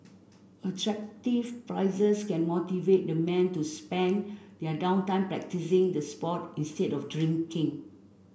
attractive prizes can motivate the men to spend their down time practising the sport instead of drinking